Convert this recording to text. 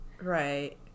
right